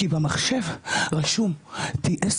כי במחשב רשום T10